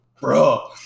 Bro